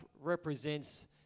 represents